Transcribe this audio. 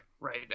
right